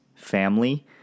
Family